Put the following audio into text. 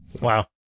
Wow